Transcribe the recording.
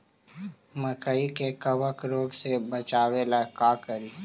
मकई के कबक रोग से बचाबे ला का करि?